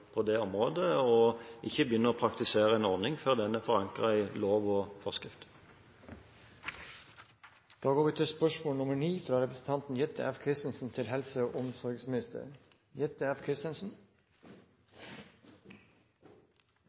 det området, og ikke begynner å praktisere en ordning før den er forankret i lov og forskrift. «Kvinnens rett til